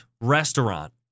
Restaurant